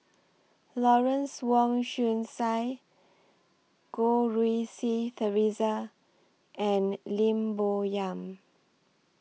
Lawrence Wong Shyun Tsai Goh Rui Si Theresa and Lim Bo Yam